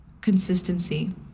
consistency